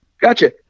gotcha